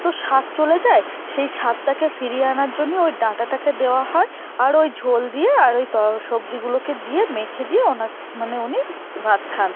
তো স্বাদ চলে যায় সেই স্বাদটাকে ফিরিয়ে আনার জন্যে ওই ডাঁটাটাকে দেওয়া হয় আর ওই ঝোল দিয়ে আর ওই তর সবজিগুলোকে দিয়ে মেখে দিয়ে ওনাকে মানে উনি ভাত খান